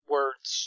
Words